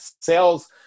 Sales